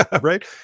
right